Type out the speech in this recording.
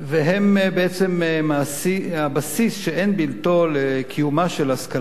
הם בעצם הבסיס שאין בלתו לקיומה של השכלה גבוהה.